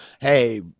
hey